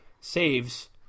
saves